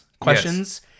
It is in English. questions